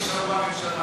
מה תעשו.